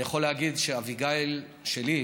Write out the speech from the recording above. אני יכול להגיד שאביגיל שלי,